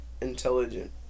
intelligent